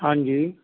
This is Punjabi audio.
ਹਾਂਜੀ